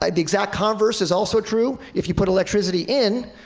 um the exact converse is also true. if you put electricity in,